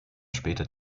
später